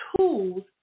tools